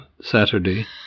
Saturday